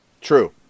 True